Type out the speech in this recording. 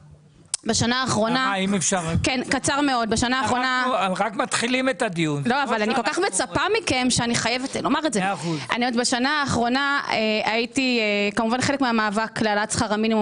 בשנה האחרונה הייתי כמובן חלק מהמאבק להעלאת שכר המינימום